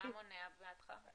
מה מונע בעדך?